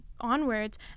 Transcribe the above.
onwards